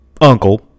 uncle